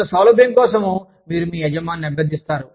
కొంత సౌలభ్యం కోసం మీరు మీ యజమానిని అభ్యర్థిస్తారు